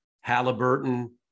Halliburton